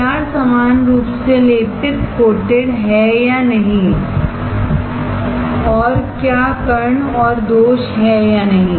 PR समान रूप से लेपित है या नहीं और क्या कण और दोष हैं या नहीं